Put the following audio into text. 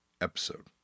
episode